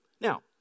Now